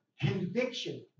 conviction